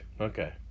Okay